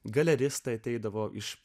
galeristai ateidavo iš